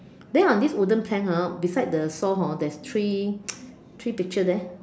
then on this wooden plank ah beside the saw hor there's three three picture there